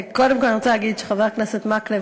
קודם כול אני רוצה להגיד שחבר הכנסת מקלב